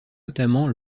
notamment